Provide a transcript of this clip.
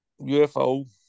UFO